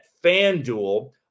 FanDuel